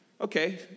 Okay